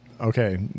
okay